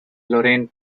lorraine